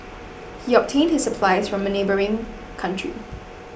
he obtained his supplies from a neighbouring country